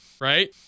right